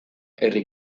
herri